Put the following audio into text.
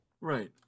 Right